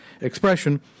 expression